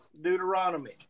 Deuteronomy